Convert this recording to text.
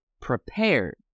prepared